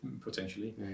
Potentially